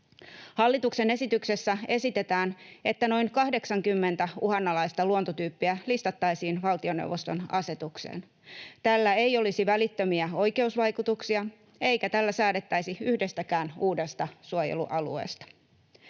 Hallituksen esityksessä esitetään, että noin 80 uhanalaista luontotyyppiä listattaisiin valtioneuvoston asetukseen. Tällä ei olisi välittömiä oikeusvaikutuksia, eikä tällä säädettäisi yhdestäkään uudesta suojelualueesta.